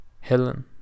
Helen